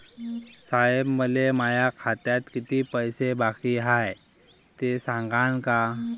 साहेब, मले माया खात्यात कितीक पैसे बाकी हाय, ते सांगान का?